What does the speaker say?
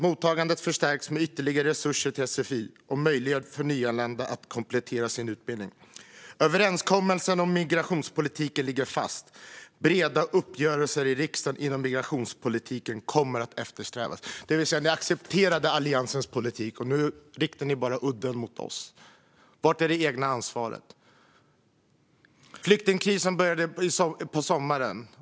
Mottagandet förstärks med ytterligare resurser till sfi och möjligheter för nyanlända att komplettera sin utbildning. Överenskommelsen om migrationspolitiken ligger fast. Breda uppgörelser i riksdagen inom migrationspolitiken kommer att eftersträvas." Ni accepterade alltså Alliansens politik. Nu riktar ni udden mot oss. Var är det egna ansvaret? Flyktingkrisen började på sommaren.